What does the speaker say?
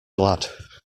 glad